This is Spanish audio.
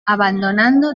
abandonando